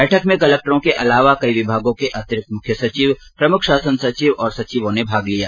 बैठक में कलेक्टरों के अलावा कई विभागों के अतिरिक्त मुख्य सचिव प्रमुख शासन सचिव और सचिवों ने भी भाग लिया